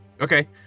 Okay